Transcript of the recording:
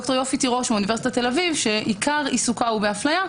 ד"ר יופי תירוש מאונ' תל אביב שעיקר עיסוקה באפליה,